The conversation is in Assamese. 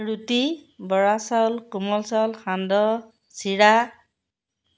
ৰুটি বৰা চাউল কোমল চাউল সান্দহ চিৰা